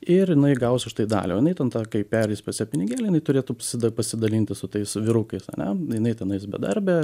ir jinai gaus už tai dalią o jinai ten tą kai pereis pas ją pinigėliai jinai turėtų psida pasidalinti su tais vyrukais ane jinai tenais bedarbė